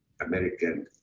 American